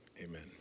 amen